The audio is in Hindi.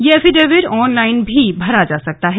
ये एफिडेविट ऑन लाईन भी भरा जा संकता है